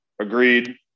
Agreed